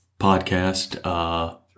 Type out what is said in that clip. podcast